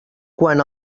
quan